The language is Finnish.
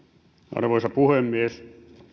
arvoisa puhemies